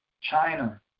China